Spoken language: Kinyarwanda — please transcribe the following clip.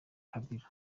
kabila